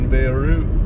Beirut